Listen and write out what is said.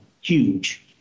huge